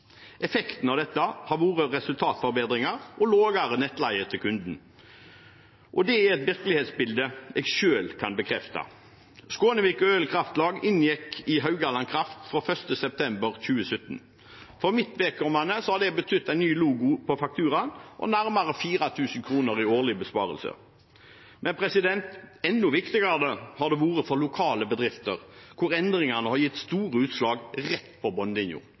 Effekten av dette har vært resultatforbedringer og lavere nettleie til kunden, og det er et virkelighetsbilde jeg selv kan bekrefte. Skånevik Ølen Kraftlag gikk inn i Haugaland Kraft fra 1. september 2017. For mitt vedkommende har det betydd en ny logo på fakturaen og nærmere 4 000 kr i årlig besparelse. Enda viktigere har det vært for lokale bedrifter, hvor endringene har gitt store utslag rett på